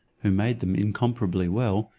who made them incomparably well,